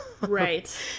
right